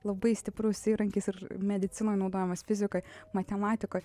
labai stiprus įrankis ir medicinoje naudojamas fizikoj matematikoj